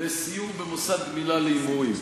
לסיור במוסד גמילה מהימורים.